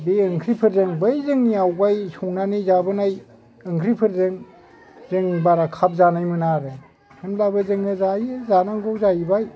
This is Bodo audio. बे ओंख्रिफोरजों बै जोंनि आवगाय संनानै जाबोनाय ओंख्रिफोरजों जों बारा खाब जानाय मोना आरो होनब्लाबो जोङो जायो जानांगौ जाहैबाय